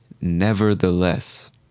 Nevertheless